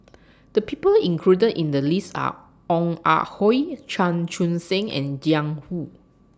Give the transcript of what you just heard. The People included in The list Are Ong Ah Hoi Chan Chun Sing and Jiang Hu